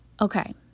okay